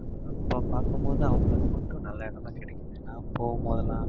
ஆனால் அப்போ பார்க்கும் போது அவங்களுக்கு மட்டும் நல்ல இடம்லாம் கெடைக்கிது நான் போகும் போதெல்லாம்